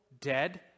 dead